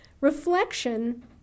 reflection